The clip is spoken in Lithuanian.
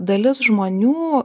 dalis žmonių